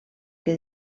que